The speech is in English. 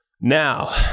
Now